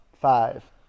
five